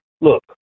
Look